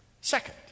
Second